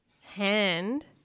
Hand